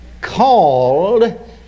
Called